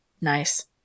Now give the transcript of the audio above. Nice